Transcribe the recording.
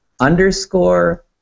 underscore